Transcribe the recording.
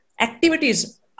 activities